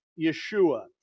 Yeshua